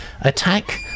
attack